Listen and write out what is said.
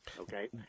okay